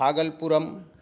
भागल्पुरं